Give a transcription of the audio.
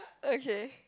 okay